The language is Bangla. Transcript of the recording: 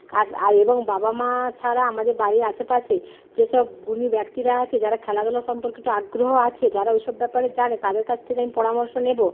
এবং বাবা মা ছাড়া আমাদের বাড়ির আশেপাশে যেসব গুণী ব্যক্তিরা আছে যারা খেলাধূলা সম্পর্কে একটু আগ্রহ আছে যারা ওই সব ব্যাপারে জানে তাদের কাছ থেকে আমি পরামর্শ নেব